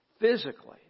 physically